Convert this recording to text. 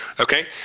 Okay